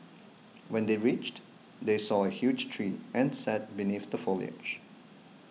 when they reached they saw a huge tree and sat beneath the foliage